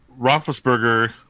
roethlisberger